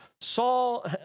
Saul